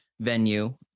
venue